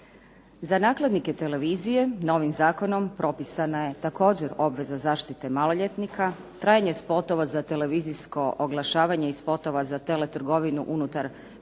Za nakladnike televizije, novim zakonom propisana je također obveza zaštite maloljetnika, trajanje spotova za televizijsko oglašavanje i spotova za teletrgovinu unutar pojedinog